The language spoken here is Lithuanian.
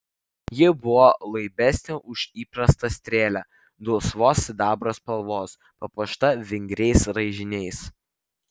ji buvo laibesnė už įprastą strėlę dulsvos sidabro spalvos papuošta vingriais raižiniais